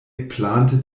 plante